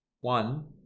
One